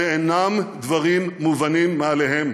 אלה אינם דברים מובנים מאליהם.